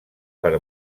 per